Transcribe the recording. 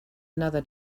another